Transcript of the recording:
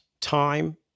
time